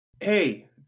Hey